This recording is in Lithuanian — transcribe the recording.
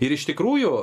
ir iš tikrųjų